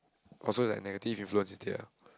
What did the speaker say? also like negative influence instead ah